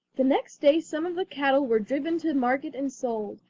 the next day some of the cattle were driven to market and sold,